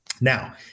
Now